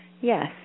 Yes